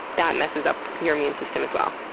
that messes up your immune system as well.